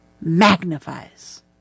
magnifies